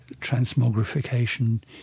transmogrification